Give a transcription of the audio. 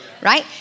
right